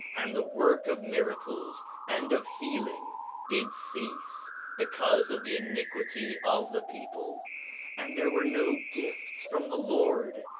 and the work of miracles and of healing did cease because of the iniquity of the people and there were no gifts from the lord,